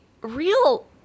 real